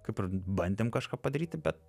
kaip ir bandėm kažką padaryti bet